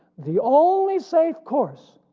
the only safe course